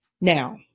now